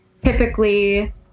typically